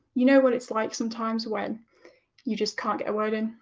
you know what it is like sometimes when you just can't get a word in,